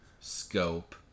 scope